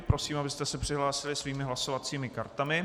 Prosím, abyste se přihlásili svými hlasovacími kartami.